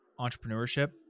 entrepreneurship